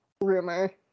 rumor